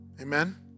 Amen